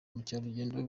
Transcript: mukerarugendo